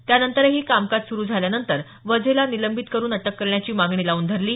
त्यानंतरही कामकाज स्रु झाल्यानंतर वझेला निलंबित करुन अटक करण्याची मागणी लाऊन धरली